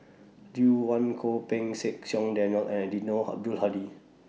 Lucien Wang Goh Pei Siong Daniel and Eddino Abdul Hadi